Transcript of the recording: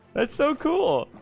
that's so cool.